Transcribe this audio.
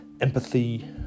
empathy